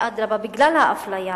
ואדרבה, בגלל האפליה